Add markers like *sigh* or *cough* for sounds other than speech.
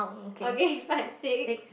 *breath* okay fine six